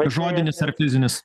žodinis ar fizinis